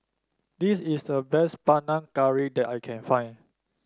this is the best Panang Curry that I can find